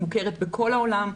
מוכרת בכל העולם,